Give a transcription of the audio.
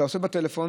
אתה עושה בטלפון,